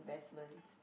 investment